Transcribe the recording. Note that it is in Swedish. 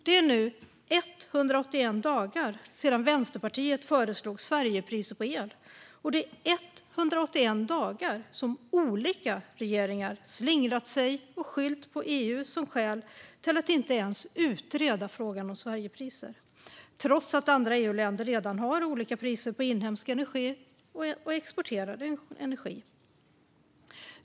Det är nu 181 dagar sedan Vänsterpartiet föreslog Sverigepriser på el, och i 181 dagar har olika regeringar slingrat sig och skyllt på EU som skäl för att inte ens utreda frågan om Sverigepriser, trots att andra EU-länder redan har olika priser på inhemsk energi och exporterad energi.